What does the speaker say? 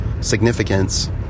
significance